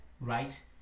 right